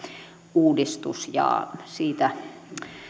uudistus ja siitä